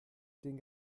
den